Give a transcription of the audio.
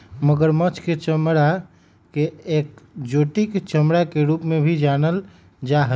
मगरमच्छ के चमडड़ा के एक्जोटिक चमड़ा के रूप में भी जानल जा हई